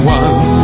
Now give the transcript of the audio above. one